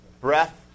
breath